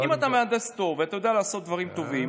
אם אתה מהנדס טוב, ואתה יודע לעשות דברים טובים,